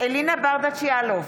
אלינה ברדץ' יאלוב,